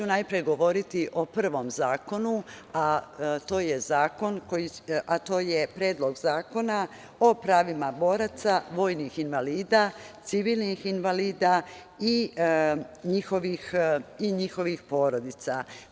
Najpre ću govoriti o prvom zakonu, a to je Predlog zakona o pravima boraca, vojnih invalida, civilnih invalida i njihovih porodica.